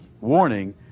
warning